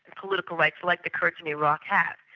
political rights, like the kurds in iraq have.